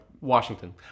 Washington